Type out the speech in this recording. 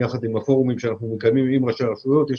במסגרת פורומים שאנחנו מקיימים עם ראשי הרשויות על הדברים האלה.